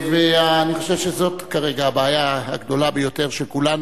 ואני חושב שזאת כרגע הבעיה הגדולה ביותר של כולנו,